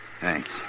Thanks